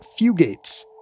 Fugates